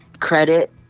credit